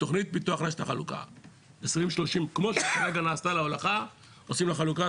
תוכנית פיתוח רשת החלוקה 2023. כמו שכרגע נעשתה להולכה עושים לחלוקה,